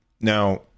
Now